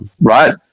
Right